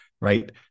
right